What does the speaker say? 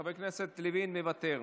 חבר הכנסת לוין מוותר,